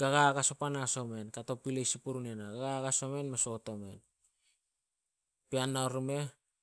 gagagas or panas o men kato pilei sin purn ena gagagas omen, me soot omen. Papean nao rimeh,